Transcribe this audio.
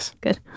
Good